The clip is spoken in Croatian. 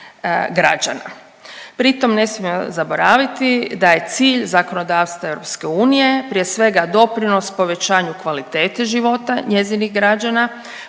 građana. Pritom ne smijemo zaboraviti da je cilj zakonodavstva EU prije svega doprinos povećanju kvalitete života njezinih građana,